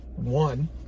One